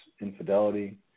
infidelity